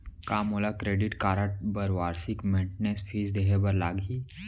का मोला credit card बर वार्षिक मेंटेनेंस फीस देहे बर लागही?